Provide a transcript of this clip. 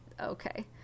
okay